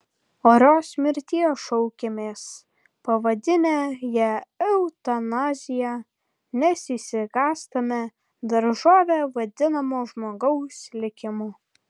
orios mirties šaukiamės pavadinę ją eutanazija nes išsigąstame daržove vadinamo žmogaus likimo